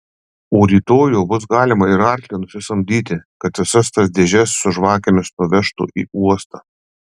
o rytoj jau bus galima ir arklį nusisamdyti kad visas tas dėžes su žvakėmis nuvežtų į uostą